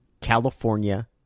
California